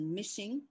missing